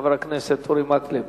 חבר הכנסת אורי מקלב.